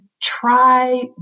try